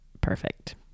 perfect